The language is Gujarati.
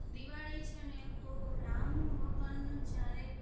દિવાળી છે ને તો રામ ભગવાનનું જ્યારે